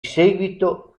seguito